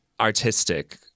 artistic